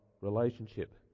relationship